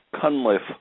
Cunliffe